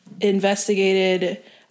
investigated